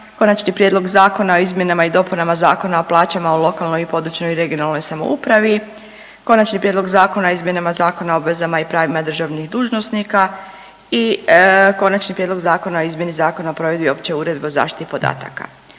Konačni prijedlog Zakona o izmjenama i dopunama Zakona o plaća u lokalnoj i područnoj i regionalnoj samoupravi, Konačni prijedlog Zakona o izmjenama Zakona o obvezama i pravima državnih dužnosnika i Konačni prijedlog Zakona o izmjeni Zakona o provedbi opće uredbe o zaštiti podataka.